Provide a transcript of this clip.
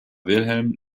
wilhelm